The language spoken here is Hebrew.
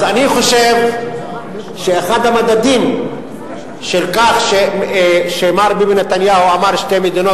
אז אני חושב שאחד המדדים לכך שמר ביבי נתניהו אמר: שתי מדינות,